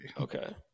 okay